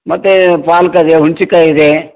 ಮತ್ತೆ ಪಾಲಕ್ ಇದೆ ಹುಣ್ಸೆಕಾಯ್ ಇದೆ